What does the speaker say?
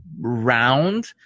round